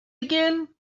again